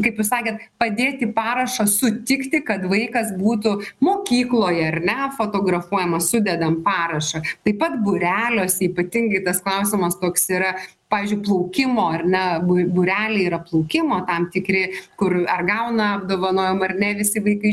kaip jūs sakėt padėti parašą sutikti kad vaikas būtų mokykloje ar ne fotografuojamas sudedam parašą taip pat būreliuose ypatingai tas klausimas toks yra pavyzdžiui plaukimo ar ne bui būreliai yra plaukimo tam tikri kur ar gauna apdovanojimą ar ne visi vaikai